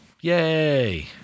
Yay